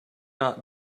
not